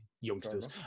youngsters